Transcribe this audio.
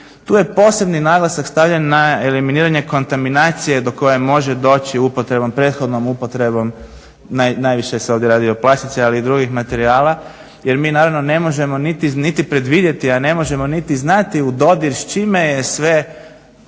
Tu je posebni naglasak stavljen na eliminiranje kontaminacije do koje može doći upotrebom, prethodnom upotrebom, najviše se ovdje radi o plastici, ali i drugih materijala. Jer mi naravno ne možemo niti predvidjeti, a ne možemo niti znati u dodir s čime je sve